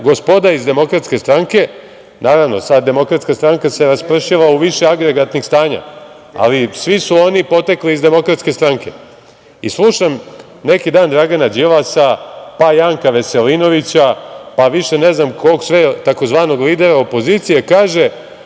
gospoda iz Demokratske stranke, naravno sad Demokratska stranka se raspršila u više agregatnih stanja, ali svi su oni potekli iz Demokratske stranke. Slušam neki dan Dragana Đilasa, pa Janka Veselinovića, pa više ne znam ni kog sve tzv. lidera opozicije, kaže